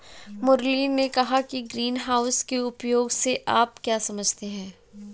मुरली ने कहा कि ग्रीनहाउस के उपयोग से आप क्या समझते हैं?